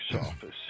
office